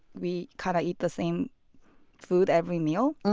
we kind of eat the same food every meal.